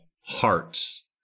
hearts